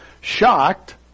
Shocked